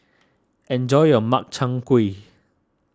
enjoy your Makchang Gui